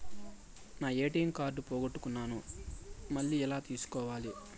నా ATM card పోగొట్టుకున్నాను, మళ్ళీ ఎలా తీసుకోవాలి?